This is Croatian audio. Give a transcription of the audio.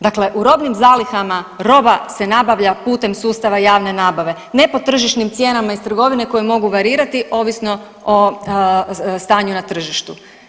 Dakle u robnim zalihama roba se nabavlja putem sustava javne nabave, ne po tržišnim cijenama iz trgovine koje mogu varirati ovisno o stanju na tržištu.